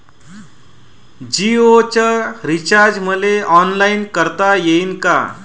जीओच रिचार्ज मले ऑनलाईन करता येईन का?